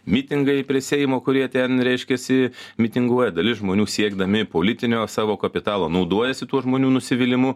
mitingai prie seimo kurie ten reiškiasi mitinguoja dalis žmonių siekdami politinio savo kapitalo naudojasi tuo žmonių nusivylimu